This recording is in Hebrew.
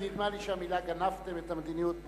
נדמה לי שהמלה גנבתם את המדיניות,